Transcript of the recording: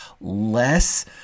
less